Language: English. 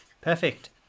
Perfect